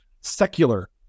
secular